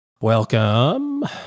Welcome